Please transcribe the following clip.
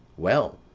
well,